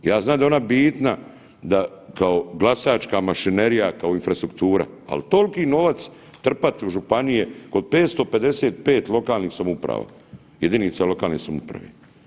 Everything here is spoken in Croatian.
Ja znam da je ona bitna da kao glasačka mašinerija, kao infrastruktura, ali toliki novac trpat u županije kod 155 lokalnih samouprava, jedinica lokalne samouprave.